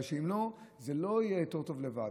אם לא, זה לא יהיה יותר טוב לבד.